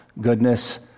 goodness